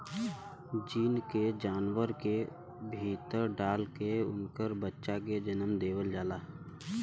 gene के जानवर के भीतर डाल के उनकर बच्चा के जनम देवल जाला